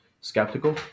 skeptical